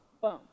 boom